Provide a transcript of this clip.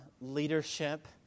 leadership